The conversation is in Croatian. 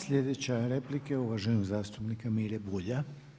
Sljedeća replika je uvaženog zastupnika Mire Bulja.